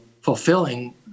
fulfilling